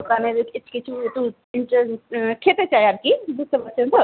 দোকানের কিছু একটু ইন্টারেস্ট খেতে চায় আর কি বুঝতে পারছেন তো